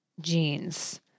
Jeans